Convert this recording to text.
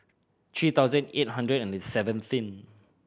three thousand eight hundred and seven seen